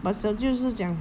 but 小舅是讲